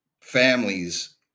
families